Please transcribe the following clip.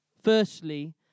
Firstly